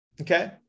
okay